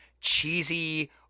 cheesy